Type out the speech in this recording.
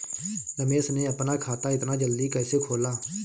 रमेश ने अपना खाता इतना जल्दी कैसे खोला?